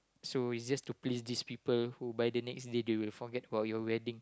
so it's just to please these people who by the next day they will forget about your wedding